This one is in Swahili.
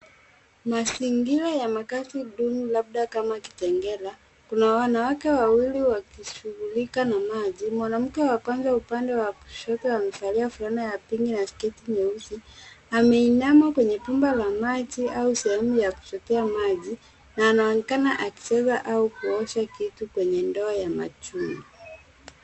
Mazingira ya makazi duni labda kama Kitengela. Kuna wanawake wawili wakishughulika na maji. Mwanamke wa kwanza wa kushoto amevalia fulana ya pinki na sketi nyeusi. Ameinama kwenye bumba la maji au sehemu ya kuchotea maji na anaonekana akicheza au kuosha kitu kwenye ndoo ya machungwa.